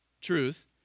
Truth